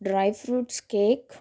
dry fruits cake